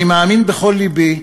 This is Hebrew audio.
אני מאמין בכל לבי,